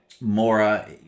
Mora